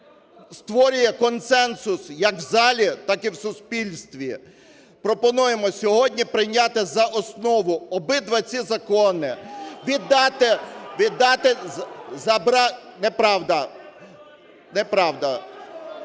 створює консенсус як в залі, так і в суспільстві, пропонуємо сьогодні прийняти за основу обидва ці закони, віддати… (Шум у залі) віддати… неправда. Неправда.